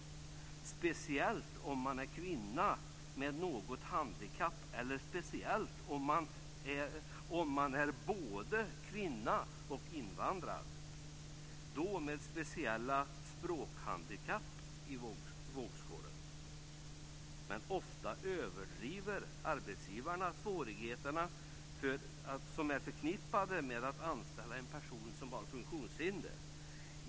Det gäller särskilt om man är kvinna med något handikapp och speciellt om man är både kvinna och invandrad, och då med särskilda språkhandikapp i vågskålen. Ofta överdriver arbetsgivarna svårigheterna som är förknippad med att anställa en person som har funktionshinder.